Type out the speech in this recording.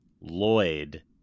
lloyd